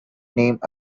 named